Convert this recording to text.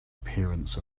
appearance